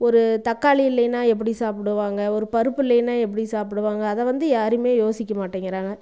ஒரு தக்காளி இல்லைனா எப்படி சாப்பிடுவாங்க ஒரு பருப்பு இல்லைனா எப்படி சாப்பிடுவாங்க அதை வந்து யாருமே யோசிக்க மாட்டேங்கிறாங்க